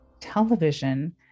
television